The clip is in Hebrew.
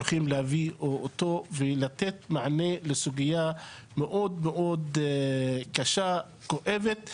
ולתת מענה לסוגיה שהיא קשה וכואבת,